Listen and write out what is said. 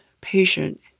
patient